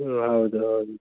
ಹ್ಞೂ ಹೌದು ಹೌದು